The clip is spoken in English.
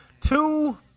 two